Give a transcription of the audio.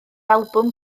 albwm